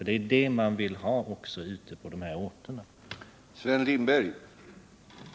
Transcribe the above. Det är vad man vill ha också ute på de sysselsättningshotade orterna.